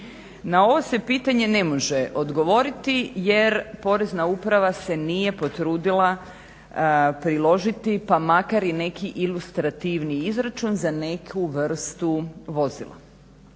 Na ovo se pitanje ne može odgovoriti jer porezna uprava se nije potrudila priložiti pa makar i neki ilustrativni izračun za neku vrstu vozila.